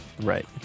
Right